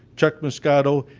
chuck moscato,